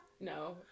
no